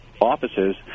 offices